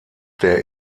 der